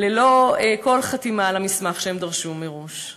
ללא כל חתימה על המסמך שהם דרשו מראש.